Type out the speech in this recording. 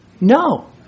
No